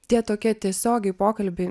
tie tokia tiesiogiai pokalbiai